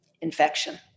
infection